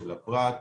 של הפרט,